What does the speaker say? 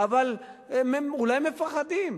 אבל אולי מפחדים.